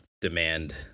demand